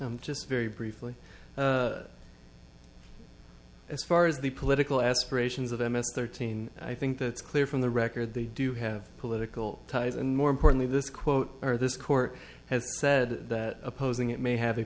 you just very briefly as far as the political aspirations of m s thirteen i think that it's clear from the record they do have political ties and more importantly this quote or this court has said that opposing it may have a